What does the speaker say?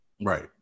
Right